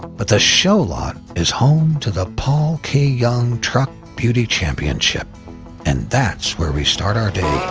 but the show lot is home to the paul k. young truck beauty championship and that's where we start our day